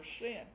sin